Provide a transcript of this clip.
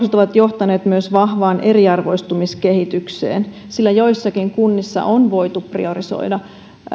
ovat johtaneet myös vahvaan eriarvoistumiskehitykseen sillä joissakin kunnissa on voitu priorisoida